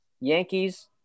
Yankees